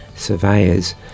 surveyors